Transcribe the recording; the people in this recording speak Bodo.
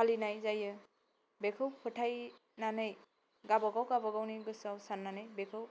फालिनाय जायो बेखौ फोथायनानै गावबागाव गावबागावनि गोसोआव साननानै बेखौ